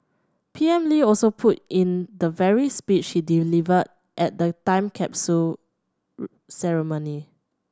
P M Lee also put in the very speech he delivered at the time capsule ceremony